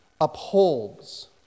upholds